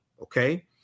okay